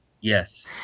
Yes